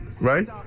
right